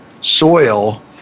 soil